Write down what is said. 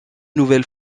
nouvelle